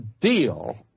deal